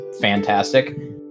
fantastic